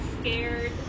scared